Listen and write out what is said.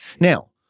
Now